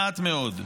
מעט מאוד,